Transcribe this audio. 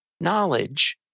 knowledge